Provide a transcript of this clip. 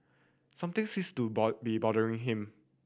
something sees to be bothering him